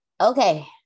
okay